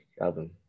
album